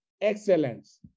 Excellence